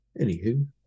Anywho